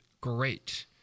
great